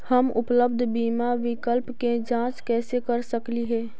हम उपलब्ध बीमा विकल्प के जांच कैसे कर सकली हे?